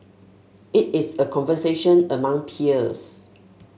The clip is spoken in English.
it is a conversation among peers